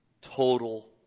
total